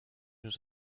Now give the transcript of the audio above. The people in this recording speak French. nous